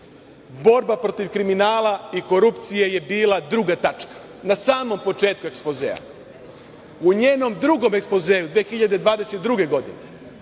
borba protiv kriminala i korupcije je bila 2. tačka, na samom početku ekspozea. U njenom drugom ekspozeu 2022. godine,